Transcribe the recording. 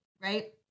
right